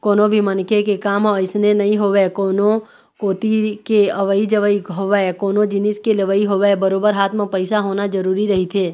कोनो भी मनखे के काम ह अइसने नइ होवय कोनो कोती के अवई जवई होवय कोनो जिनिस के लेवई होवय बरोबर हाथ म पइसा होना जरुरी रहिथे